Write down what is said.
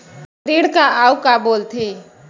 ऋण का अउ का बोल थे?